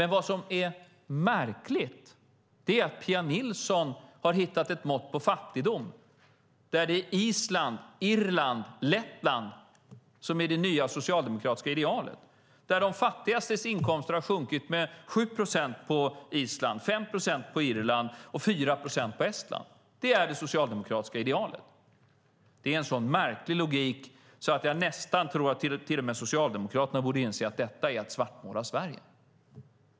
Något som är märkligt är att Pia Nilsson har hittat ett mått på fattigdom där det är Island, Irland och Lettland som är de nya socialdemokratiska idealen. De fattigastes inkomster har sjunkit med 7 procent på Island, 5 procent på Irland och 4 procent i Estland. Det är de socialdemokratiska idealen. Det är en så märklig logik att jag nästan tror att till och med Socialdemokraterna borde inse att detta är att svartmåla Sverige.